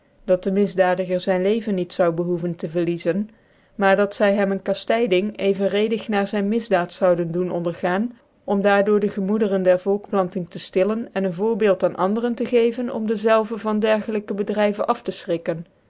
dat dc misdadiger zyn leven niet zou behoeven tc verliezen maar dat zy hem een kattyding evenredig na zyn misdaad zoude doen ondergaan om daardoor dc gemoederen der volkplanting te ftillcn en een voorbeelt aan andere tc geven om dezelve van diergclykc bedryven aftefchrikken dat ty